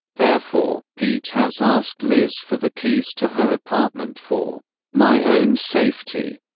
therefore, pete has asked liz for the keys to her apartment for my own safety.